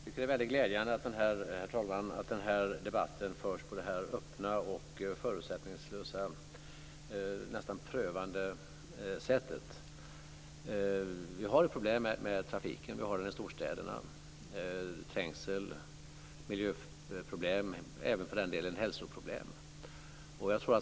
Herr talman! Jag tycker att det är väldigt glädjande att debatten förs på detta öppna och förutsättningslösa, nästan prövande, sätt. Vi har ett problem med trafiken i storstäderna. Det är trängsel, miljöproblem och även för den delen hälsoproblem.